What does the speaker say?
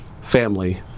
Family